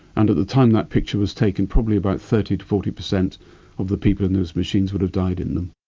and at the time that picture was taken, probably about thirty percent to forty percent of the people in those machines would have died in them.